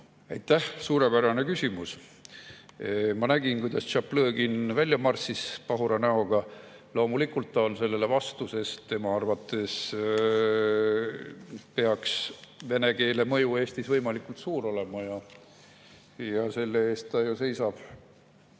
Aitäh! Suurepärane küsimus. Ma nägin, kuidas Tšaplõgin [saalist] välja marssis pahura näoga. Loomulikult ta on sellele vastu, sest tema arvates peaks vene keele mõju Eestis võimalikult suur olema ja selle eest ta ju on seisnud